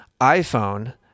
iPhone